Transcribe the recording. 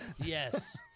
Yes